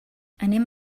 anem